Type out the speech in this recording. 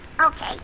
Okay